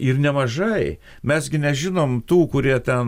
ir nemažai mes gi nežinom tų kurie ten